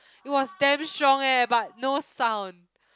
it was damn strong eh but no sound